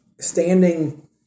standing